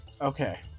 Okay